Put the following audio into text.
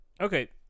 Okay